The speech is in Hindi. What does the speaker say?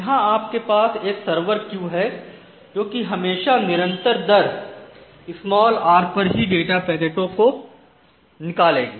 यहां आपके पास एक सर्वर क्यू है जोकि हमेशा निरंतर दर r पर ही डाटा पैकेटों को निकालेगी